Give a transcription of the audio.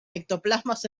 ectoplasmas